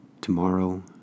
tomorrow